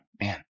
man